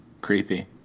Creepy